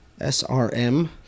SRM